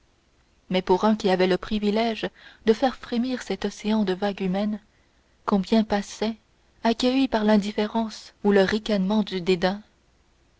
mais pour un qui avait le privilège de faire frémir cet océan de vagues humaines combien passaient accueillis par l'indifférence ou le ricanement du dédain